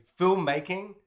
Filmmaking